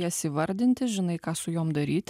jas įvardinti žinai ką su jom daryti